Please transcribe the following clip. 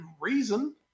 reason